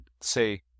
say